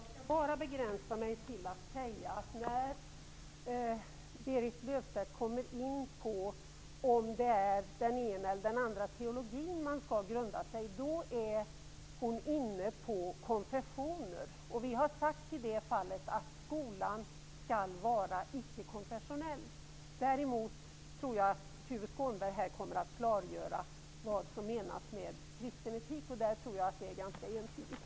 Herr talman! Jag skall begränsa mig till att bara säga att när Berit Löfstedt kommer in på om det är den ena eller den andra teologin man skall ha som grund, är hon inne på konfessioner. Vi har i det fallet sagt att skolan skall vara icke-konfessionell. Jag tror att Tuve Skånberg kommer att klargöra vad som menas med kristen etik. Det tror jag är ganska entydigt.